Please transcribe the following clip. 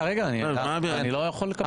רגע, אני לא יכול לקבל את רשות הדיבור?